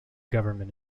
government